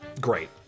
great